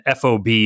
FOB